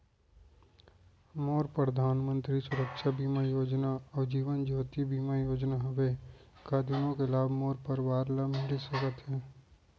मोर परधानमंतरी सुरक्षा बीमा योजना अऊ जीवन ज्योति बीमा योजना हवे, का दूनो के लाभ मोर परवार ल मिलिस सकत हे?